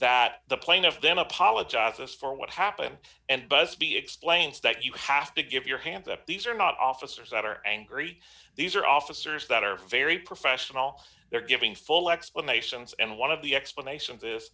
that the plaintiff then apologizes for what happened and busby explains that you have to give your hands up these are not officers that are angry these are officers that are very professional they're giving full explanations and one of the explanation of this